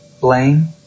Blame